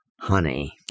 Honey